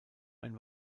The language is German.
ein